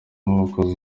abakozi